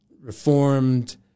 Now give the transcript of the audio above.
Reformed